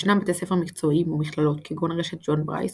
ישנם בתי ספר מקצועיים ומכללות כגון רשת ג'ון ברייס